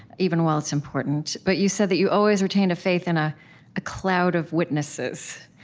even while it's important. but you said that you always retained a faith in ah a cloud of witnesses.